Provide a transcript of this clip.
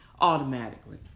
automatically